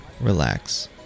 relax